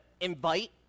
invite